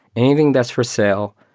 anything that's for sale,